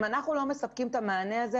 אם אנחנו לא מספקים את המענה הזה